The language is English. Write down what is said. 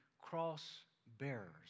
cross-bearers